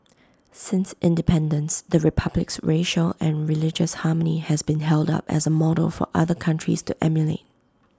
since independence the republic's racial and religious harmony has been held up as A model for other countries to emulate